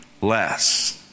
less